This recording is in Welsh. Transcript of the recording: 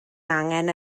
angen